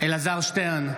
אלעזר שטרן,